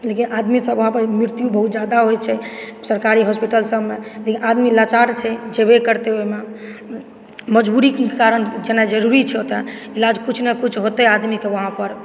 लेकिन आदमीसभ जितना ध्यान देतय गरीबसभ लेकिन आदमीसभ वहाँ पर मृत्यु बहुत ज्यादा होइत छै सरकारी हॉस्पिटल सभमे लेकिन आदमी लाचार छै जेबय करतय ओहिमे मजबूरीके कारण जेनाइ जरुरी छै ओतय इलाज कुछ न कुछ होतय आदमीके वहाँ पर